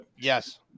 Yes